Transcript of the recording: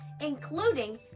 including